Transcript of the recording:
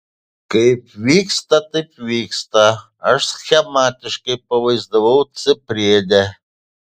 kaip visa tai vyksta aš schematiškai pavaizdavau c priede